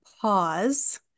pause